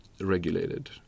regulated